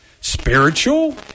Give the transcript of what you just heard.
Spiritual